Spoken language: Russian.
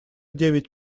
девять